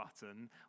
button